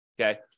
okay